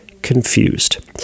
confused